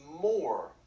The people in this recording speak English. more